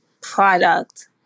product